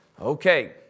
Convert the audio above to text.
Okay